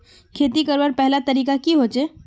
खेती करवार पहला तरीका की होचए?